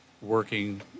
working